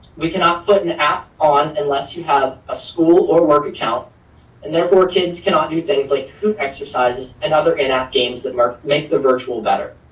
we cannot put an app on unless you have a school or work account and therefore kids cannot do things like exercises and other enact games that make the virtual better.